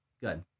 Good